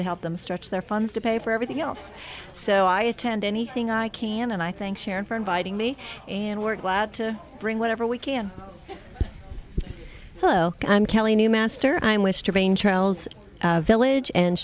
to help them stretch their funds to pay for everything else so i attend anything i can and i think sharon for inviting me and we're glad to bring whatever we can oh i'm kelly new master i'm with strange trails village and